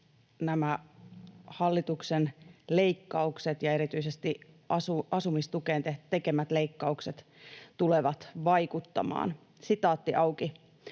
nämä hallituksen leikkaukset ja erityisesti asumistukeen tekemät leikkaukset tulevat vaikuttamaan. ”Opiskelin